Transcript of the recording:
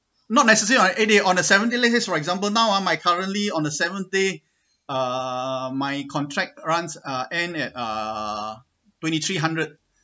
not necessary on the eighth day on the seven day let say for example now ah on my currently on the seventh day uh my contract runs uh end at uh twenty three hundred so